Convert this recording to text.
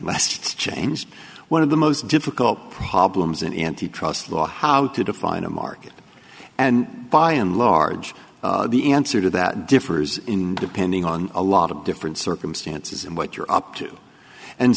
last changed one of the most difficult problems in antitrust law how to define a market and by and large the answer to that differs in depending on a lot of different circumstances and what you're up to and